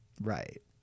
Right